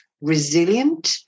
resilient